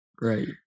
right